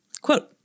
quote